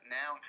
now